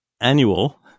annual